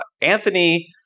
Anthony